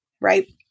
Right